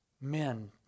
men